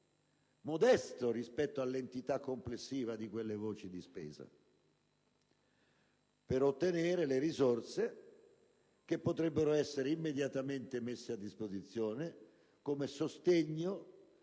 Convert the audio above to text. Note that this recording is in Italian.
modesto rispetto all'entità complessiva di quelle voci di spesa, per ottenere le risorse che potrebbero essere immediatamente messe a disposizione come sostegno